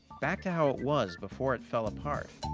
back to how it was before it fell apart.